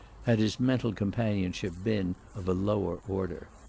had his mental companionship been of a lower order.